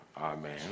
Amen